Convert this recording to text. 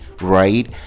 right